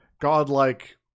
godlike